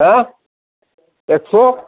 हो एकस'